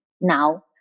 now